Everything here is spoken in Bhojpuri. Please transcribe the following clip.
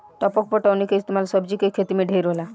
टपक पटौनी के इस्तमाल सब्जी के खेती मे ढेर होला